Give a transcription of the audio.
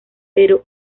pero